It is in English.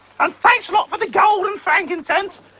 and thanks a lot for the gold and frankincense.